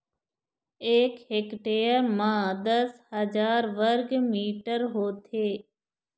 एक हेक्टेयर म दस हजार वर्ग मीटर होथे